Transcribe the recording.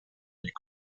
nick